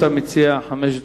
לרשות המציע חמש דקות,